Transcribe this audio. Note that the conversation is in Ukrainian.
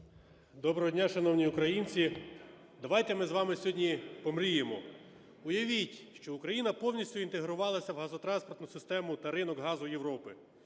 Доброго дня, шановні українці! Давайте ми з вами сьогодні помріємо. Уявіть, що Україна повністю інтегрувалася в газотранспортну систему та ринок газу Європи.